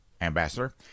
ambassador